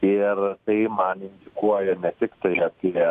ir tai man indikuoja ne tiktai apie